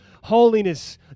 holiness